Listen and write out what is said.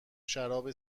شراب